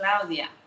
Claudia